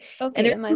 okay